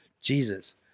Jesus